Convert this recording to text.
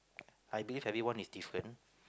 I believe everyone is different